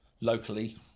locally